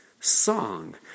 song